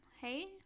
hey